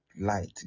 light